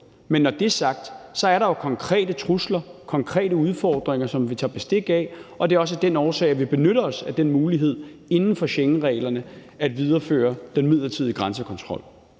Men når det er sagt, er der jo konkrete trusler og konkrete udfordringer, som vi tager bestik af, og det er også af den årsag, at vi benytter os af den mulighed inden for Schengenreglerne at videreføre den midlertidige grænsekontrol.